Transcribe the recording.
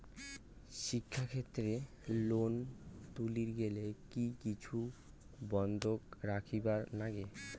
শিক্ষাক্ষেত্রে লোন তুলির গেলে কি কিছু বন্ধক রাখিবার লাগে?